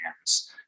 hands